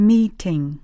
Meeting